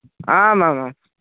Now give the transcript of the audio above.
आम् आम् आम्